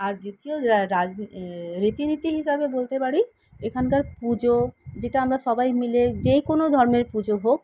আর দ্বিতীয় রীতিনীতি হিসাবে বলতে পারি এখানকার পুজো যেটা আমরা সবাই মিলে যে কোনো ধর্মের পুজো হোক